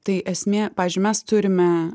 tai esmė pavyzdžiui mes turime